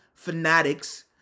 fanatics